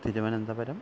Thiruvananthapuram